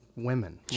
women